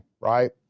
right